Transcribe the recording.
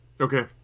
Okay